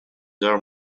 arm